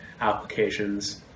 applications